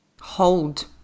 hold